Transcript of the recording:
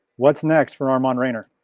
what's next for armand raynor?